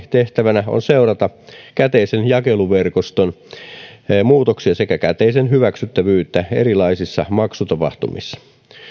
tehtävänä on seurata käteisen jakeluverkoston muutoksia sekä käteisen hyväksyttävyyttä erilaisissa maksutapahtumissa